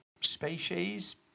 species